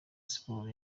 siporo